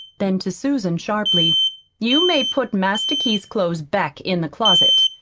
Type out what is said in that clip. then, to susan, sharply you may put master keith's clothes back in the closet.